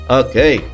okay